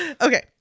okay